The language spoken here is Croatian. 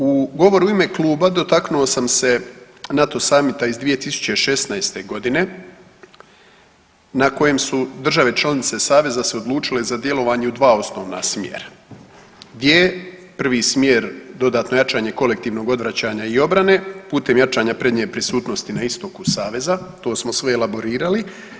U govoru u ime kluba dotaknuo sam se NATO samita iz 2016.g. na kojem su države članice saveza se odlučile za djelovanje u dva osnovna smjera gdje je prvi smjer dodatno jačanje kolektivnog odvraćanja i obrane putem jačanje prednje prisutnosti na istoku saveza, to smo sve elaborirali.